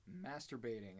masturbating